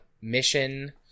mission